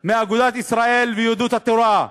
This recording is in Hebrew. מאגודת ישראל ויהדות התורה,